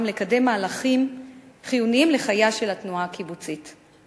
גם לקדם מהלכים חיוניים לחייה של התנועה הקיבוצית.